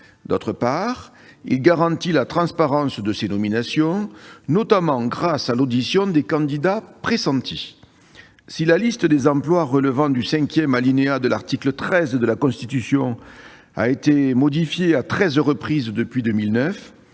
d'autre part, il garantit la transparence de ces nominations, notamment grâce à l'audition des candidats pressentis. Si la liste des emplois relevant du cinquième alinéa de l'article 13 de la Constitution a été modifiée à treize reprises depuis 2009,